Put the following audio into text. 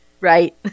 right